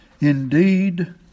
indeed